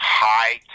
high